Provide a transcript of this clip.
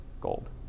gold